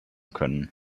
können